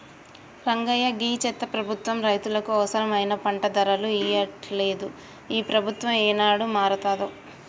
రంగయ్య గీ చెత్త ప్రభుత్వం రైతులకు అవసరమైన పంట ధరలు ఇయ్యట్లలేదు, ఈ ప్రభుత్వం ఏనాడు మారతాదో